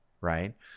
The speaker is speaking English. right